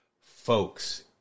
folks